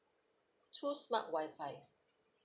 two smart wi-fi